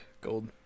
Gold